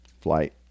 flight